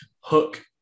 hook